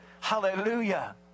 Hallelujah